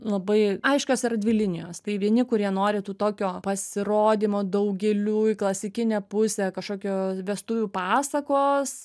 labai aiškios yra dvi linijos tai vieni kurie nori tų tokio pasirodymo daug gėlių į klasikinę pusę kažkokio vestuvių pasakos